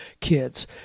kids